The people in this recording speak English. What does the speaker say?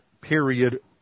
period